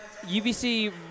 ubc